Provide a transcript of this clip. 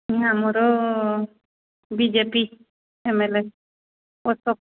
ଆମର B J P M L A Ashok